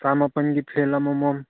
ꯀꯥ ꯃꯥꯄꯟꯒꯤ ꯐꯦꯟ ꯑꯃꯃꯝ